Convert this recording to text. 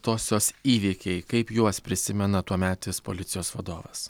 tosios įvykiai kaip juos prisimena tuometis policijos vadovas